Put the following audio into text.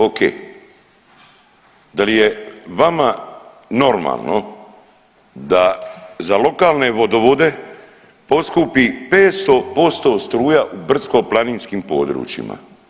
O.k. Da li je vama normalno da za lokalne vodovode poskupi 500% struja u brdsko-planinskim područjima?